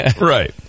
right